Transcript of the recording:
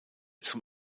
zum